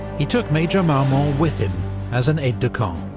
he took major marmont with him as an aide-de-camp.